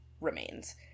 remains